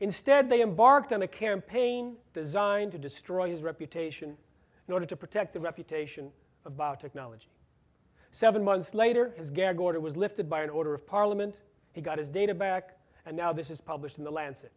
instead they embarked on a campaign designed to destroy his reputation in order to protect the reputation of biotechnology seven months later as gag order was lifted by an order of parliament he got his data back and now this is published in